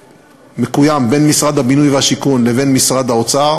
שמקוים בין משרד הבינוי והשיכון לבין משרד האוצר,